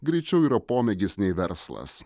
greičiau yra pomėgis nei verslas